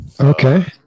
Okay